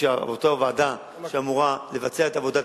ושאותה ועדה שאמורה לבצע את העבודה,